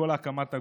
בכל הקמת הגוף.